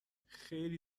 خیلی